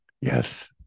Yes